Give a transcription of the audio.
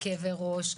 כאבי ראש,